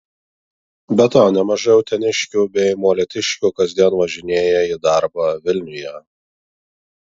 be to nemažai uteniškių bei molėtiškių kasdien važinėja į darbą vilniuje